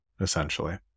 essentially